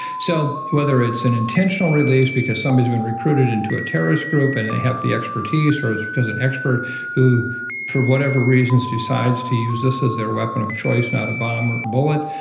so whether it's an intentional release because somebody has been recruited into a terrorist group and they have the expertise or it's because an expert who for whatever reasons decides to use this as their weapon of choice, not a bomb or a bullet,